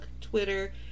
Twitter